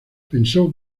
pensó